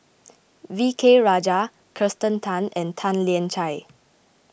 V K Rajah Kirsten Tan and Tan Lian Chye